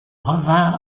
revint